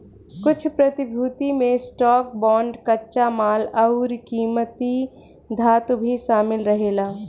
कुछ प्रतिभूति में स्टॉक, बांड, कच्चा माल अउरी किमती धातु भी शामिल रहेला